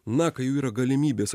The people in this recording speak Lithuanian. na kai jų yra galimybės